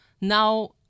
now